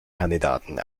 kandidaten